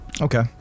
Okay